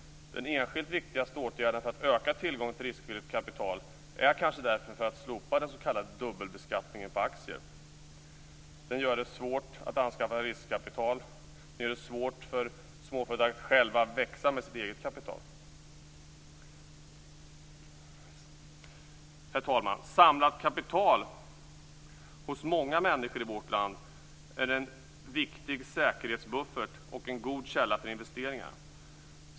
Den enskilt viktigaste åtgärden för att öka tillgången till riskvilligt kapital är därför kanske att slopa den s.k. dubbelbeskattningen på aktier. Den gör det svårt att anskaffa riskkapital. Den gör det svårt för småföretag att själva växa med sitt eget kapital. Herr talman! Samlat kapital hos många människor i vårt land är en viktig säkerhetsbuffert och en god källa för investeringar.